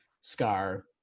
Scar